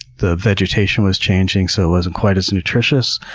the vegetation was changing so it wasn't quite as nutritious.